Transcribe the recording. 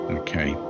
okay